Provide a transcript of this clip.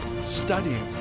studying